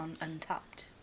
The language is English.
untapped